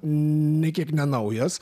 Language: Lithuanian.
nė kiek ne naujas